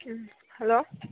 ꯎꯝ hello